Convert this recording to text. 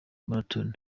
marathon